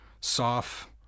soft